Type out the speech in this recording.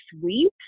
sweet